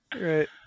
Right